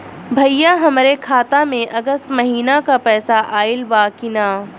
भईया हमरे खाता में अगस्त महीना क पैसा आईल बा की ना?